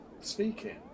speaking